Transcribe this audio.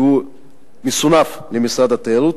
שמסונף למשרד התיירות,